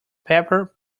pepper